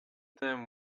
them